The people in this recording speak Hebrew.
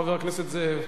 חבר הכנסת זאב.